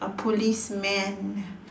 a policeman